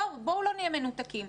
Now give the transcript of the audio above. בואו לא נהיה מנותקים.